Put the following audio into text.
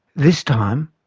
this time,